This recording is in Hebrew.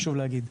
חשוב להגיד.